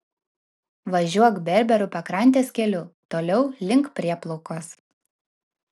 važiuok berberų pakrantės keliu toliau link prieplaukos